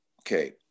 Okay